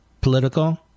political